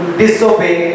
disobey